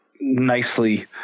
nicely